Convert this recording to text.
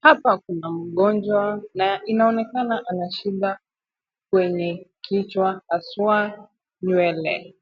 Hapa kuna mgonjwa na inaonekana ana shida kwenye kichwa haswa nywele.